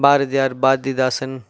Bharathiyar Bharathidasan